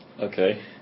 Okay